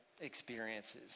experiences